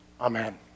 Amen